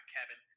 Kevin